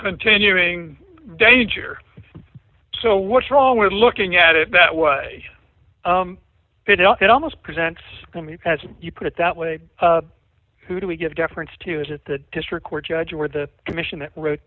continuing danger so what's wrong with looking at it that way it almost presents i mean as you put it that way who do we give deference to is it the district court judge or the commission that wrote